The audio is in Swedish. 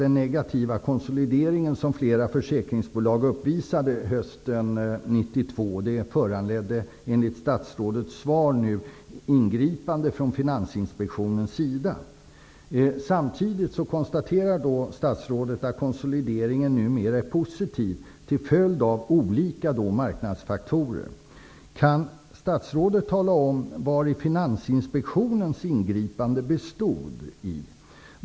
Den negativa konsolidering som flera försäkringsbolag uppvisade under hösten 1992 Finansinspektionen. Samtidigt konstaterar statsrådet att konsolideringen till följd av olika marknadsfaktorer numera är positiv. Kan statsrådet tala om vari Finansinspektionens ingripanden bestod?